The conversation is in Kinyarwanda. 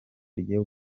ryo